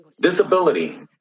disability